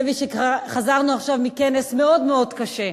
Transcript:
שחזרנו עכשיו מכנס מאוד קשה.